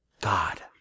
God